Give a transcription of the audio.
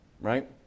right